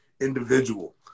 individual